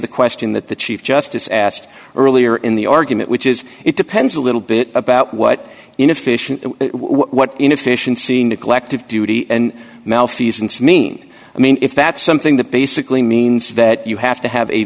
the question that the chief justice asked earlier in the argument which is it depends a little bit about what inefficient what inefficiency neglect of duty and malfeasance mean i mean if that's something that basically means that you have to have a